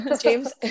James